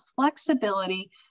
flexibility